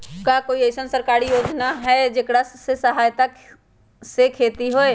का कोई अईसन सरकारी योजना है जेकरा सहायता से खेती होय?